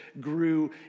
grew